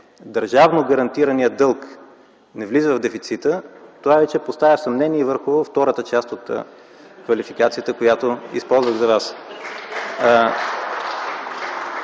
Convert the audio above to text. държавно гарантираният дълг не влиза в дефицита, това поставя вече съмнение върху втората част от квалификацията, която използвах за Вас.